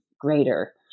greater